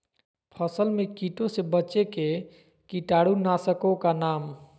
फसल में कीटों से बचे के कीटाणु नाशक ओं का नाम?